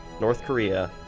north korea,